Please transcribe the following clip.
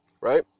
Right